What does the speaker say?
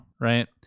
right